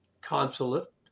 consulate